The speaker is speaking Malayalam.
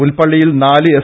പുൽപള്ളിയിൽ നാല് എസ്